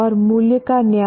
और मूल्य का न्याय